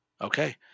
Okay